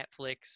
Netflix